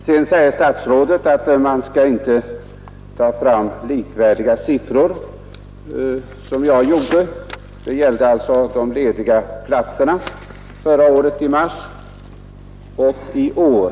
Sedan säger statsrådet att man inte skall använda likvärdiga siffror på det sätt som jag gjorde. Det gällde alltså de lediga platserna i mars förra året och i år.